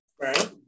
Right